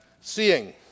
seeing